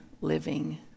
living